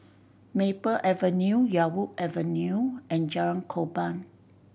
Maple Avenue Yarwood Avenue and Jalan Korban